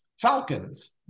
falcons